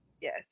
Yes